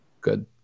good